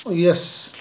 yes